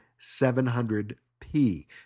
700p